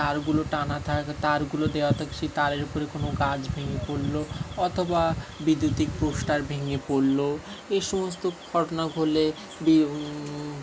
তারগুলো টানা থাকে তারগুলো দেওয়া থাকে সেই তারের উপরে কোনো গাছ ভেঙে পড়লো অথবা বৈদ্যুতিক পোস্টার ভেঙে পড়লো এই সমস্ত ঘটনা ঘটলে